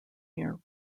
near